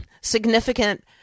significant